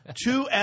Two